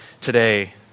today